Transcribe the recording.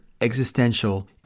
existential